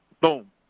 boom